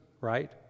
right